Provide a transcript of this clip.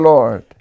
Lord